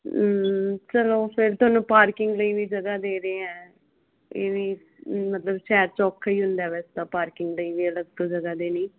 ਚਲੋ ਫਿਰ ਤੁਹਾਨੂੰ ਪਾਰਕਿੰਗ ਲਈ ਵੀ ਜਗ੍ਹਾ ਦੇ ਰਹੇ ਹੈ ਇਹ ਵੀ ਮਤਲਬ ਸ਼ਾਇਦ ਚੌਖਾ ਹੀ ਹੁੰਦਾ ਵੈਸੇ ਤਾਂ ਪਾਰਕਿੰਗ ਲਈ ਵੀ ਇਹਦਾ ਦੇ ਨਹੀਂ